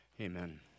Amen